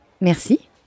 Merci